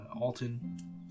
Alton